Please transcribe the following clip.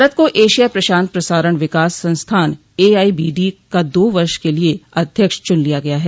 भारत को एशिया प्रशांत प्रसारण विकास संस्थान एआईबीडी का दो वर्ष के लिए अध्यक्ष चुन लिया गया है